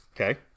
Okay